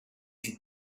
and